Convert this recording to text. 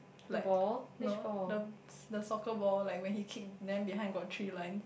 like no the s~ the soccer ball like when he kick then behind got three line